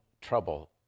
trouble